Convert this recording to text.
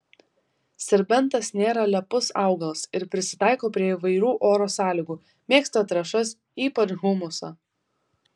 serbentas nėra lepus augalas ir prisitaiko prie įvairių oro sąlygų mėgsta trąšas ypač humusą